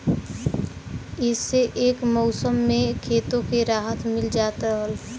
इह्से एक मउसम मे खेतो के राहत मिल जात रहल